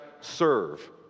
serve